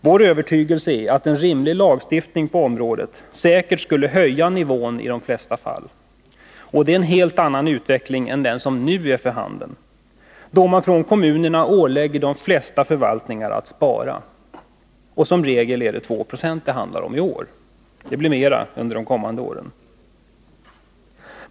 Vår övertygelse är att en rimlig lagstiftning på området säkert skulle höja nivån i de flesta fall, och det är en helt annan utveckling än den som nu är för handen — då man från kommunernas centrala instanser ålägger de flesta förvaltningar att spara — i regel är det i år 2 90.